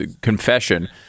confession